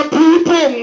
people